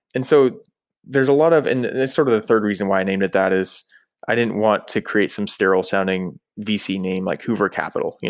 and so there's a lot of and sort of the third reason why i named it that is i didn't want to create some sterol sounding vc name, like hoover capital.